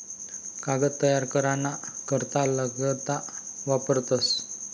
कागद तयार करा ना करता लगदा वापरतस